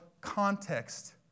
context